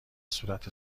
صورت